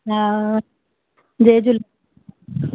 हा जय झूले